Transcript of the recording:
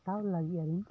ᱦᱟᱛᱟᱣ ᱞᱟᱹᱜᱤᱫ ᱟᱹᱞᱤᱧ